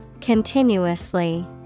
Continuously